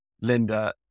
Linda